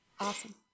Awesome